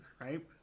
right